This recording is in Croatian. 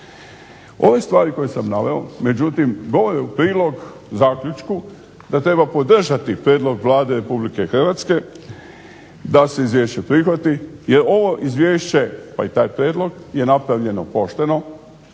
Ove stvari koje sam naveo međutim govore u prilog zaključku da treba podržati prijedlog Vlade Republike Hrvatske da se izvješće prihvati jer ovo izvješće pa i taj prijedlog je napravljeno pošteno,